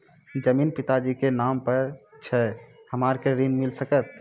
जमीन पिता जी के नाम से छै हमरा के ऋण मिल सकत?